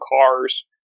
cars